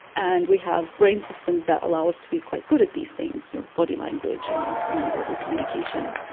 and we have brain systems that allow us to be quite good at these things, you know, body language and non-verbal communication.